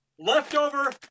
leftover